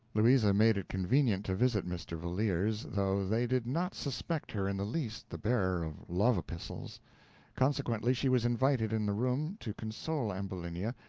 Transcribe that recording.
louisa made it convenient to visit mr. valeer's, though they did not suspect her in the least the bearer of love epistles consequently, she was invited in the room to console ambulinia,